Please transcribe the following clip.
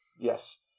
Yes